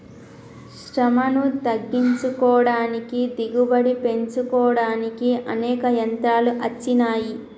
శ్రమను తగ్గించుకోడానికి దిగుబడి పెంచుకోడానికి అనేక యంత్రాలు అచ్చినాయి